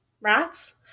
Rats